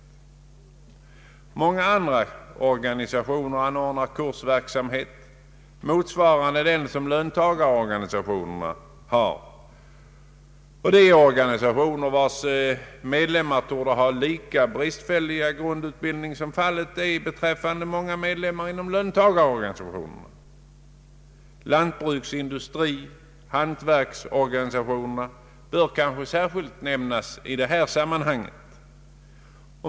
Många andra organisationer anordnar kursverksamhet motsvarande den som löntagarorganisationerna har, och det är organisationer, vilkas medlemmar torde ha lika bristfällig grundutbildning som fallet är beträffande många medlemmar i löntagarorganisationerna. Lantbruks-, industrioch hantverksorganisationerna bör särskilt nämnas i detta sammanhang.